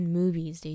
movies